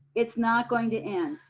it's not going to end.